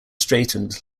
straightened